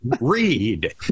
read